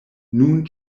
nun